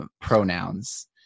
pronouns